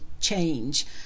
change